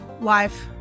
life